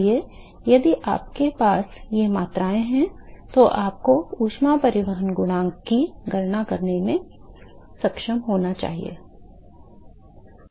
इसलिए यदि आपके पास ये मात्राएँ हैं तो आपको ऊष्मा परिवहन गुणांक की गणना करने में सक्षम होना चाहिए